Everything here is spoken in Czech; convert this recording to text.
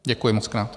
Děkuji mockrát.